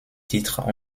titre